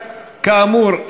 כאמור,